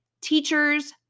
Teachers